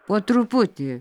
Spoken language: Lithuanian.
po truputį